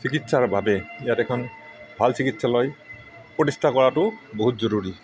চিকিৎসাৰ বাবে ইয়াত এখন ভাল চিকিৎসালয় প্ৰতিষ্ঠা কৰাটো বহুত জৰুৰী